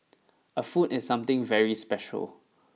a foot is something very special